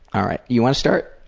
alright. you wanna start?